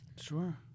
sure